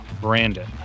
Brandon